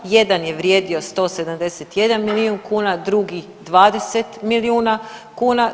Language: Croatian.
Jedan je vrijedio 171 milijun kuna, drugi 20 milijuna kuna.